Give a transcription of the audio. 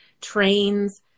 trains